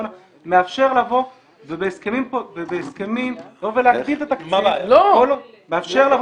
מאפשר ובהסכמים לבוא להגדיל את התקציב כל עוד --- לא,